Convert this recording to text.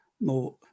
more